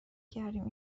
کردیم